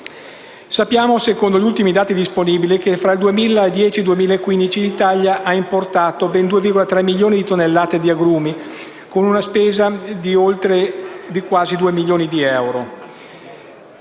Sappiamo, secondo gli ultimi dati disponibili, che tra il 2010 ed il 2015, l'Italia ha importato ben 2,3 milioni di tonnellate di agrumi con una spesa di quasi due milioni di euro.